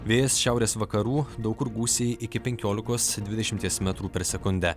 vėjas šiaurės vakarų daug kur gūsiai iki penkiolikos dvidešimties metrų per sekundę